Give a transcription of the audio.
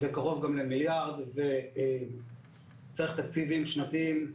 וקרוב גם למיליארד וצריך תקציבים שנתיים,